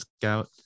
scout